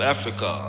Africa